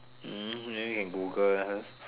hmm maybe can Google ah